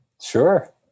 Sure